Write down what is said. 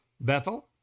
Bethel